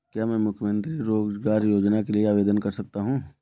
क्या मैं मुख्यमंत्री रोज़गार योजना के लिए आवेदन कर सकता हूँ?